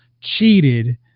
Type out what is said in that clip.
cheated